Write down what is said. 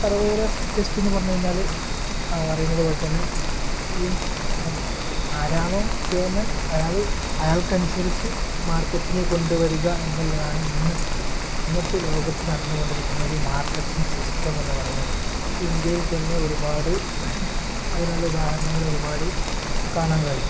survival of ഫിറ്റെസ്റ്റെന്ന് പറഞ്ഞു കഴിഞ്ഞാൽ അറിയുന്നത് പോലെ തന്നെ ഈ ആരാണോ കേമൻ അയാൾ അയാൾക്ക് അനുസരിച്ചു മാർക്കറ്റിനെ കൊണ്ടുവരിക എന്നുള്ളതാണ് ഇന്നത്തെ ഇന്നത്തെ ലോകത്ത് നടന്നു കൊണ്ടിരിക്കുന്ന ഒരു മാർക്കറ്റിങ് സിസ്റ്റം എന്നു പറയുന്നത് ഇന്ത്യയിൽ തന്നെ ഒരുപാട് അതിനുള്ള ഉദാഹരണങ്ങൾ ഒരുപാട് കാണാൻ കഴിയും